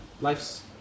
life's